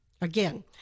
Again